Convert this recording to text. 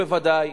בוודאי.